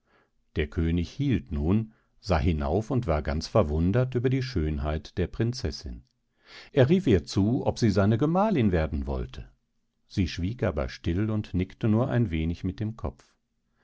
der könig hielt nun sah hinauf und war ganz verwundert über die schönheit der prinzessin er rief ihr zu ob sie seine gemahlin werden wollte sie schwieg aber still und nickte nur ein wenig mit dem kopf